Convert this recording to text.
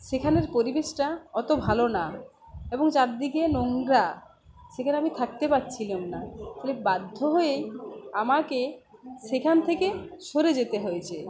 সেখানের পরিবেশটা অত ভালো না এবং চারদিকে নোংরা সেখানে আমি থাকতে পারছিলাম না ফলে বাধ্য হয়ে আমাকে সেখান থেকে সরে যেতে হয়েছে